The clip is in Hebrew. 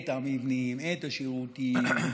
את המבנים, את השירותים.